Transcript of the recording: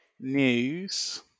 News